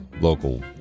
local